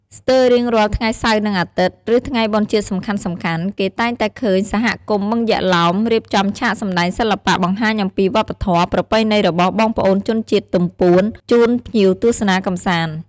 ស្ទើររៀងរាល់ថ្ងៃសៅរ៍និងអាទិត្យ ឬថ្ងៃបុណ្យជាតិសំខាន់ៗគេតែងតែឃើញសហគមន៍ បឹងយក្សឡោម រៀបចំឆាកសម្តែងសិល្បៈបង្ហាញអំពី វប្បធម៌ ប្រពៃណីរបស់បងប្អូនជនជាតិទំពួន ជូនភ្ញៀវទស្សនាកម្សាន្ត។